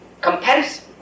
comparison